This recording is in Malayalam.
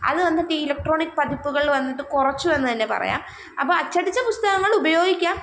അത് വന്നിട്ട് ഈ ഇലക്ട്രോണിക് പതിപ്പുകൾ വന്നിട്ട് കുറച്ചു എന്ന് തന്നെ പറയാം അപ്പോൾ അച്ചടിച്ച പുസ്തകങ്ങൾ ഉപയോഗിക്കാം